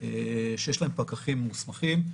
שיש להן פקחים מוסמכים.